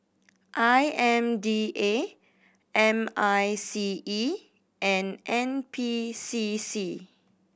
I M D A M I C E and N P C C